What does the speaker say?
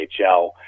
nhl